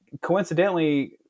coincidentally